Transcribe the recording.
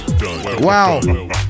Wow